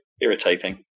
irritating